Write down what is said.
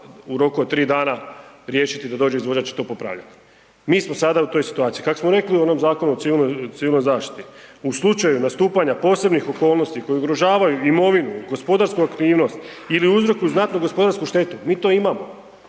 u roku od tri dana riješiti da dođe izvođač to popravljati. Mi smo sada u toj situaciji. Kako smo rekli u onom Zakonu o civilnoj zaštiti „u slučaju nastupanja posebnih okolnosti koje ugrožavaju imovinu, gospodarsku aktivnost ili uzrokuju znatnu gospodarsku štetu“, mi to imamo